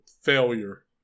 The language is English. failure